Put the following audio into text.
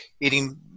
eating